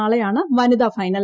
നാളെയാണ് വനിതാ ഫൈനൽ